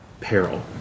peril